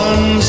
One